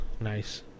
Nice